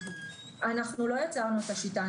אנחנו לא יצרנו את השיטה.